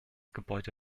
gebäude